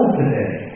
today